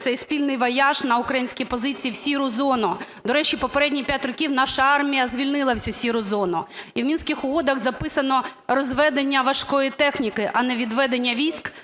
цей спільний вояж на українській позиції в "сіру" зону. До речі, попередні 5 років наша армія звільнила всю "сіру" зону. І в Мінських угодах записано "розведення важкої техніки", а не "відведення військ",